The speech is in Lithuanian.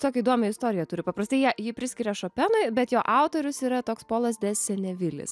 tokią įdomią istoriją turi paprastai ją jį priskiria šopenui bet jo autorius yra toks polas desenevilis